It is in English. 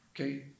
Okay